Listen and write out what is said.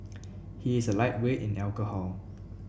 he is a lightweight in alcohol